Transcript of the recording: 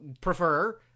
prefer